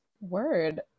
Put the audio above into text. Word